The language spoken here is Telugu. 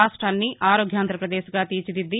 రాష్టొన్ని ఆరోగ్యాంధ్రపదేశ్గా తీర్చిదిద్ది